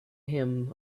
him